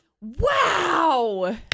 Wow